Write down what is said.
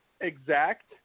exact